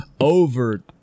over